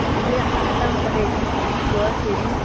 म्हणजे आता आठांक म्हाका मेळटली सारकी शुवर फेरी